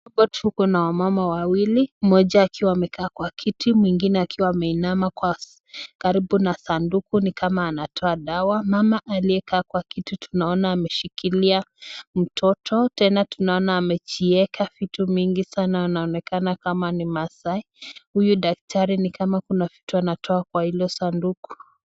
Hapo tu kuna wamama wawili, mmoja akiwa amekaa kwenye kiti mwingine akiwa ameinama karibu na sanduku ni kama anatoa dawa, mama aliyekaa kwa kiti tunaona anashikilia mtoto tena tunaona amejieka vitu mingi sana na anaonekana kama ni maasai. Huyu daktari ni kama kuna vitu anatoa kwa hilo sanduku.